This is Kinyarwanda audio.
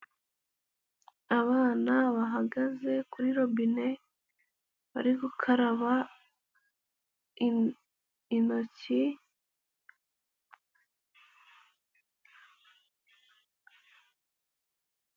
Abana bahagaze kuri robine bari gukaraba intoki.